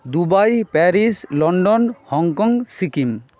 Dubai Paris London Hong Kong Sikkim